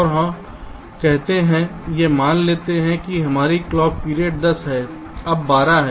और हम कहते हैं यह मान लेते हैं कि हमारी क्लॉक पीरियड 10 है अब 12 है